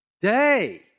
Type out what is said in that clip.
day